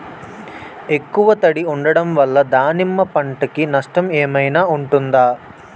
ఎక్కువ తడి ఉండడం వల్ల దానిమ్మ పంట కి నష్టం ఏమైనా ఉంటుందా?